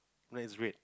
know is red